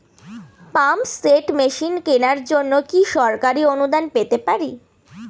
Pump set machine কেনার জন্য কি সরকারি অনুদান পেতে পারি?